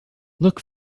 look